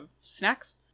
snacks